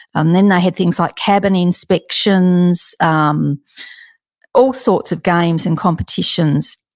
and then they had things like cabin inspections, um all sorts of games and competitions.